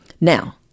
Now